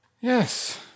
Yes